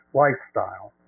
lifestyle